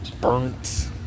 Burnt